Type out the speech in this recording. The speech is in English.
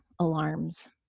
alarms